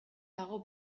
dago